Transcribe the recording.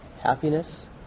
happiness